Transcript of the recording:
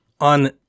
on